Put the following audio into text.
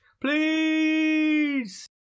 Please